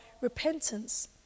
repentance